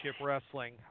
wrestling